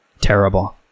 terrible